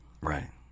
Right